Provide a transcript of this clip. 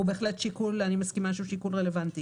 אלה דברים שאנחנו עושים כל הזמן.